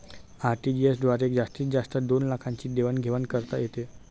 RTGS द्वारे जास्तीत जास्त दोन लाखांची देवाण घेवाण करता येते